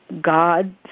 God